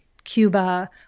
cuba